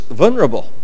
vulnerable